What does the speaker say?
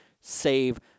save